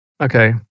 Okay